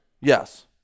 Yes